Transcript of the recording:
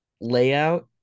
layout